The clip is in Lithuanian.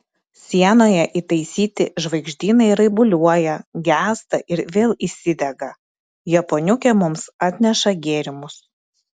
sienoje įtaisyti žvaigždynai raibuliuoja gęsta ir vėl įsidega japoniukė mums atneša gėrimus